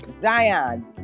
Zion